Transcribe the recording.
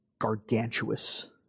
gargantuous